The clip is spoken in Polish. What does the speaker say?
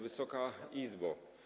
Wysoka Izbo!